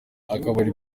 akabari